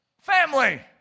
Family